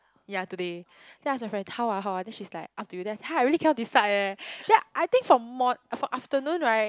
ya today then I ask my friend how ah how ah then she's like up to you then I said !huh! I really cannot decide eh then I think like from mor~ from afternoon right